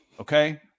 Okay